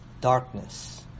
darkness